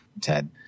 Ted